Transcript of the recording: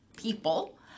people